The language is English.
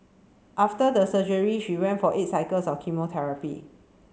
after the surgery she went for eight cycles of chemotherapy